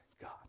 God